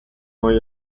neun